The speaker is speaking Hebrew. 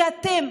כי אתם,